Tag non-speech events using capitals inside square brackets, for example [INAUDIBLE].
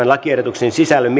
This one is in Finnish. [UNINTELLIGIBLE] lakiehdotuksen sisällöstä [UNINTELLIGIBLE]